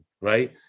right